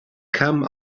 come